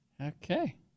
Okay